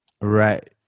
right